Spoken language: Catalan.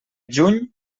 juny